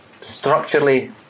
structurally